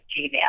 Gmail